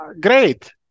great